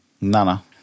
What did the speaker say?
Nana